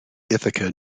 ithaca